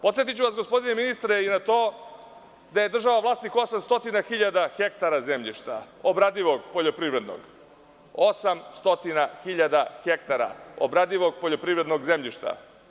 Podsetiću vas, gospodine ministre, na to da je država vlasnik 800 hiljada hektara zemljišta, obradivog poljoprivrednog, 800 hiljada hektara obradivog poljoprivrednog zemljišta.